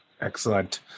Excellent